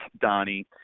donnie